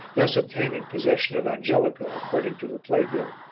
thus obtaining possession of angelica according to the play-bill.